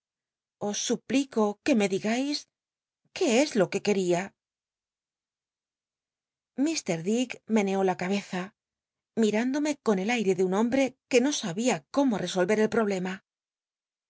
os suplico que me digais qué es lo que quería ilr dick meneó la cabeza mirándome con el airc de un hombre que no sabia cómo resolver el problema